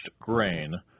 grain